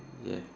ya